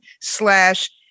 slash